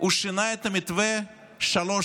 הוא שינה את המתווה שלוש